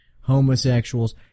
homosexuals